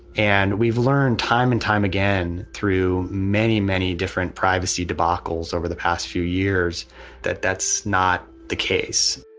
and we've learned time and time again through many, many different privacy debacles over the past few years that that's not the case